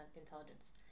intelligence